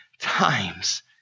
times